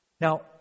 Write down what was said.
Now